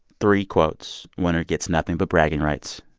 three quotes, winner gets nothing but bragging rights.